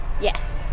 Yes